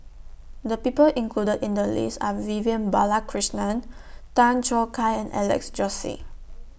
The People included in The list Are Vivian Balakrishnan Tan Choo Kai and Alex Josey